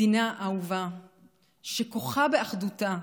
מדינה אהובה שכוחה באחדותה,